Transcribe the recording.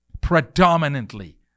Predominantly